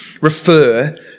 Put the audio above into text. refer